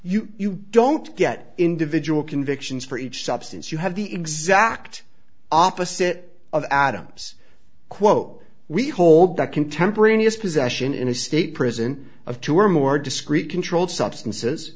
you you don't get individual convictions for each substance you have the exact opposite of adam's quote we hold that contemporaneous possession in a state prison of two or more discrete controlled substances